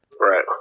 right